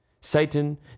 satan